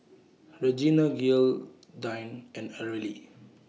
Regina Gearldine and Areli